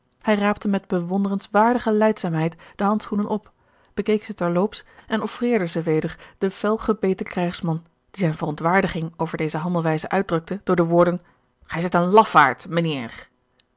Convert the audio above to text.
hij raapte met bewon derenswaardige lijdzaamheid de handschoenen op bekeek ze ter loops en offreerde ze weder den fel gebeten krijgsman die zijne verontwaardiging over deze handelwijze uitdrukte door de woorden gij zijt een lafaard